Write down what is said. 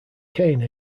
kaine